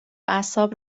اعصاب